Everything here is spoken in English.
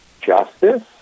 justice